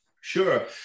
Sure